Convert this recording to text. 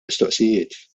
mistoqsijiet